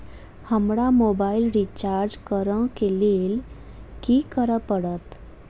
हमरा mobile recharge करऽ केँ लेल की करऽ पड़त?